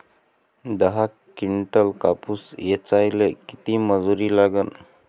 दहा किंटल कापूस ऐचायले किती मजूरी लागन?